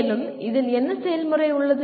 மேலும் இதில் என்ன செயல்முறை உள்ளது